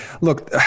Look